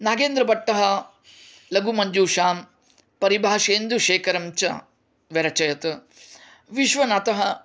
नागेन्द्रभट्टः लघुमञ्जूषां परिभाषेन्दुशेखरं च व्यरचयत् विश्वनाथः